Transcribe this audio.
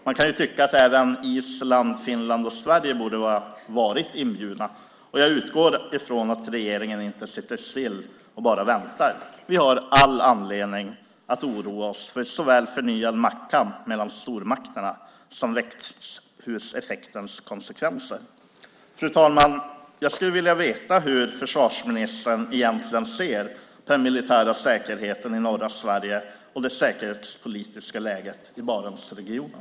Man kan tycka att även Island, Finland och Sverige borde varit inbjudna. Jag utgår ifrån att regeringen inte sitter still och bara väntar. Vi har all anledning att oroa oss för såväl förnyad maktkamp mellan stormakterna som växthuseffektens konsekvenser. Fru talman! Jag skulle vilja veta hur försvarsministern egentligen ser på den militära säkerheten i norra Sverige och det säkerhetspolitiska läget i Barentsregionen.